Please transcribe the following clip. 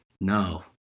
no